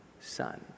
Son